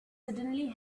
suddenly